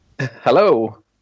Hello